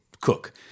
cook